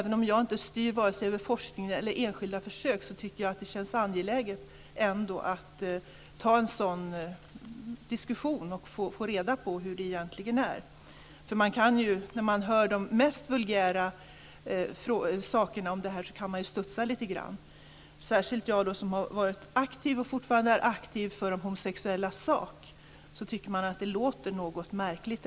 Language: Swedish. Även om jag inte styr över vare sig forskning eller enskilda försök tycker jag att det känns angeläget att ta en sådan diskussion och få reda på hur det egentligen är. Man kan ju, när man hör de mest vulgära sakerna om det här, studsa lite grann - särskilt jag, som har varit och fortfarande är aktiv för de homosexuellas sak. Detta låter något märkligt.